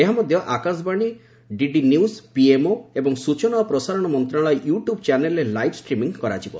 ଏହା ମଧ୍ଧ Akashvani DD news PMO ଏବଂ ସୂଚନା ଏବଂ ପ୍ରସାରଣ ମନ୍ତଶାଳୟ ୟୁଟ୍ୟୁବ୍ ଚ୍ୟାନେଲ୍ରେ ଲାଇଭ୍ ଷ୍ଟିମିଂ ହେବ